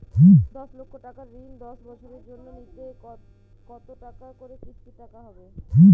দশ লক্ষ টাকার ঋণ দশ বছরের জন্য নিলে কতো টাকা করে কিস্তির টাকা হবে?